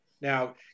Now